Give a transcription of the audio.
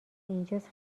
اینجاس